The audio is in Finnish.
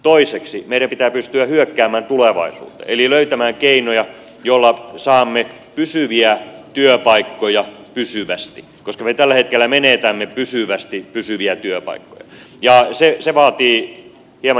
toiseksi meidän pitää pystyä hyökkäämään tulevaisuuteen eli löytämään keinoja joilla saamme pysyviä työpaikkoja pysyvästi koska me tällä hetkellä menetämme pysyvästi pysyviä työpaikkoja ja se vaatii hieman jatkopohdintaa